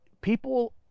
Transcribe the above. people